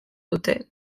dute